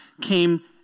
came